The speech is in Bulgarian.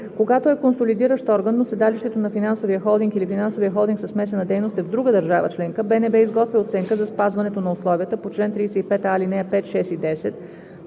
Когато е консолидиращ орган, но седалището на финансовия холдинг или финансовия холдинг със смесена дейност е в друга държава членка, БНБ изготвя оценка за спазването на условията по чл. 35а, ал. 5, 6 и 10,